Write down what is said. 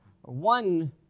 One